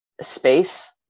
space